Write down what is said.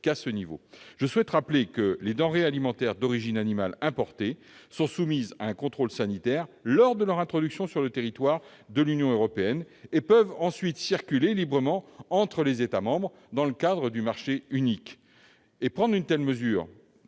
qu'à ce niveau. Je souhaite rappeler que les denrées alimentaires d'origine animale importées sont soumises à un contrôle sanitaire lors de leur introduction sur le territoire de l'Union européenne, et peuvent ensuite circuler librement entre les États membres dans le cadre du marché unique. Prendre une telle mesure